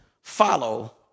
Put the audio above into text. follow